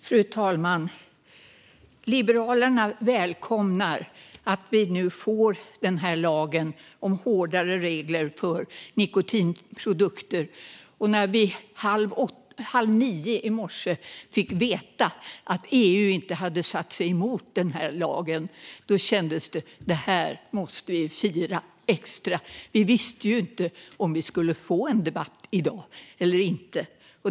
Fru talman! Liberalerna välkomnar att vi nu får den här lagen om hårdare regler för nikotinprodukter. När vi halv nio i morse fick veta att EU inte hade satt sig emot lagen kändes det som att det här måste vi fira extra. Vi visste ju inte om vi skulle få en debatt i dag eller inte.